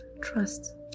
trust